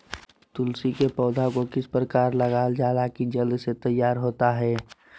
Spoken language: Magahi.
तुलसी के पौधा को किस प्रकार लगालजाला की जल्द से तैयार होता है?